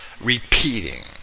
repeating